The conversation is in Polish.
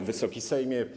Wysoki Sejmie!